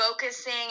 focusing